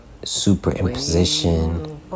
superimposition